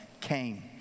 came